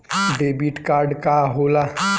Debit card का होला?